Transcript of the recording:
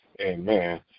Amen